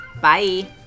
Bye